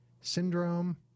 syndrome